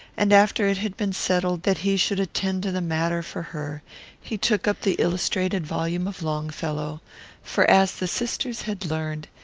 and after it had been settled that he should attend to the matter for her he took up the illustrated volume of longfellow for, as the sisters had learned,